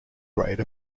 grade